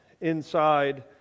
inside